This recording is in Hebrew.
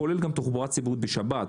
כולל גם תחבורה ציבורית בשבת,